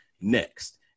next